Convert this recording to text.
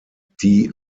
die